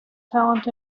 talent